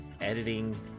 editing